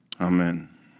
Amen